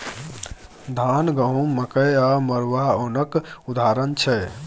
धान, गहुँम, मकइ आ मरुआ ओनक उदाहरण छै